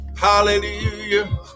Hallelujah